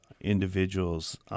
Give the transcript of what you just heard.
individuals